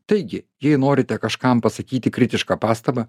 taigi jei norite kažkam pasakyti kritišką pastabą